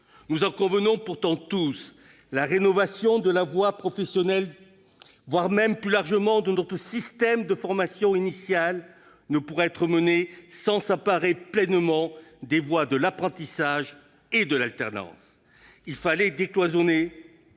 Nous en convenons pourtant tous, la rénovation de la voie professionnelle, voire, plus largement, de notre système de formation initiale, ne pourra être menée sans s'emparer pleinement des voies de l'apprentissage et de l'alternance. Il fallait décloisonner,